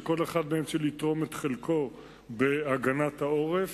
שכל אחד מהם צריך לתרום את חלקו בהגנת העורף.